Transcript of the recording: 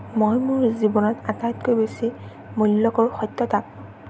মই মোৰ জীৱনত আটাইতকৈ বেছি মূল্য কৰোঁ সত্যতাক